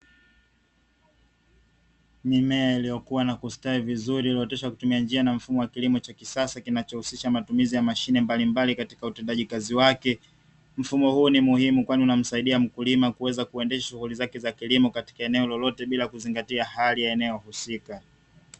Mimea iliyokuwa na kustawi vizuri, iliyooteshwa kwa kutumia njia na mfumo wa kilimo cha kisasa, kinachohusisha matumizi ya mashine mbalimbali katika utendaji kazi wake. Mfumo huu ni muhimu, kwani unamsaidia mkulima kuweza kuendesha shughuli zake za kilimo katika eneo lolote bila kuzingatia hali ya eneo husika.